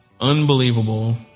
unbelievable